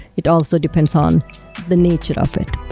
it also depends on the nature of it.